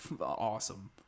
awesome